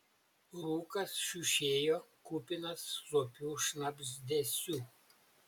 rūkas šiušėjo kupinas slopių šnabždesių